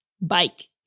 bike